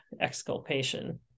exculpation